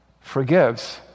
forgives